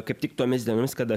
kaip tik tomis dienomis kada